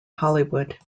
hollywood